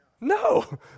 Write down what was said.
No